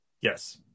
Yes